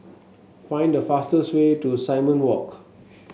find the fastest way to Simon Walk